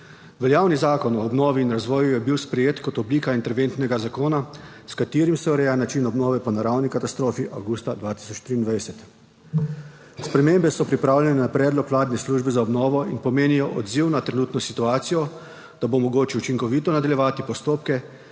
Veljavni Zakon o obnovi in razvoju je bil sprejet kot oblika interventnega zakona, s katerim se ureja način obnove po naravni katastrofi avgusta 2023. Spremembe so pripravljene na predlog vladne službe za obnovo in pomenijo odziv na trenutno situacijo, da bo mogoče učinkovito nadaljevati postopke